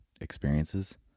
experiences